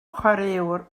chwaraewr